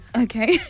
Okay